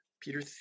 Peter